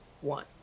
one